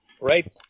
Right